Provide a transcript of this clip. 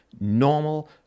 normal